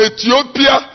Ethiopia